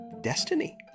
destiny